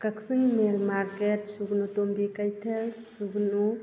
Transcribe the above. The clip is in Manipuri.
ꯀꯛꯆꯤꯡ ꯃꯦꯟ ꯃꯥꯔꯀꯦꯠ ꯁꯨꯒꯨꯅꯨ ꯇꯣꯝꯕꯤ ꯀꯩꯊꯦꯜ ꯁꯨꯒꯨꯅꯨ